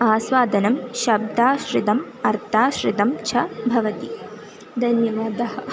आस्वादनं शब्दाश्रितम् अर्थाश्रितं च भवति धन्यवादः